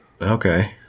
Okay